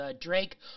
Drake